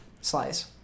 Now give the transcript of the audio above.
slice